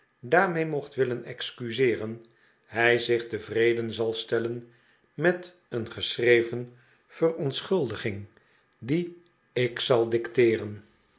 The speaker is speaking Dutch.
daaririee mocht willen excuseeren hij zich tevreden zal stellen met een geschreven verontschuldiging die ik zal dicteeren